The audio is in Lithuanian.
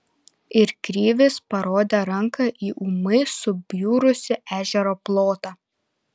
ir krivis parodė ranka į ūmai subjurusį ežero plotą